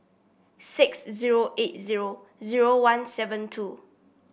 six zero eight zero zero one seven two